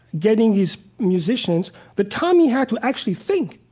getting his musicians. the time he had to actually think,